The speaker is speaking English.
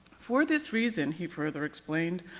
for this reason, he further explained,